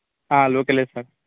లోకలే సార్